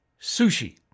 sushi